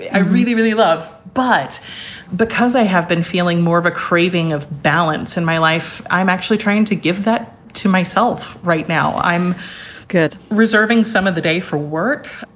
i really, really love. but because i have been feeling more of a craving of balance in my life, i'm actually trying to give that to myself right now. i'm good reserving some of the day for work.